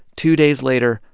two days later,